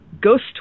ghost